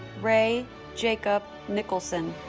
ray jacob nicholson